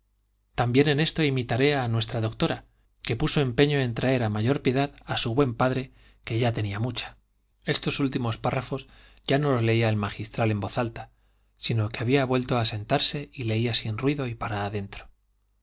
también en esto imitaré a nuestra doctora que puso empeño en traer a mayor piedad a su buen padre que ya tenía mucha estos últimos párrafos ya no los leía el magistral en voz alta sino que había vuelto a sentarse y leía sin ruido y para dentro